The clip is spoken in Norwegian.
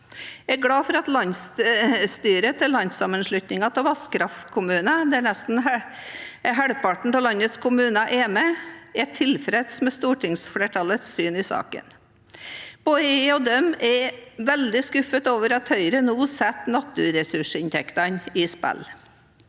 Jeg er glad for at landsstyret til Landssamanslutninga av Vasskraftkommunar, hvor nesten halvparten av landets kommuner er med, er tilfreds med stortingsflertallets syn i saken. Både de og jeg er veldig skuffet over at Høyre nå setter naturressursinntektene i spill.